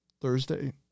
Thursday